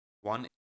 one